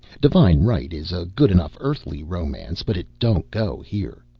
divine right is a good-enough earthly romance, but it don't go, here.